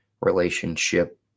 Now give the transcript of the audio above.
relationship